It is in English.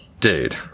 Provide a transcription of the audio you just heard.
Dude